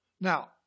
Now